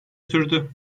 sürdü